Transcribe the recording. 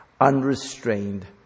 unrestrained